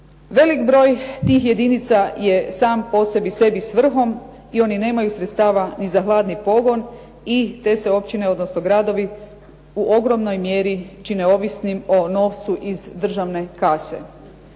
Velik broj tih jedinica je sam po sebi svrhom i oni nemaju sredstava ni za hladni pogon i te se općine, odnosno gradovi u ogromnoj mjeri čine ovisnim o novcu iz državne kase.